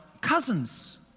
cousins